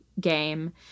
game